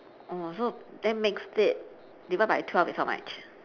oh so that makes it divide by twelve is how much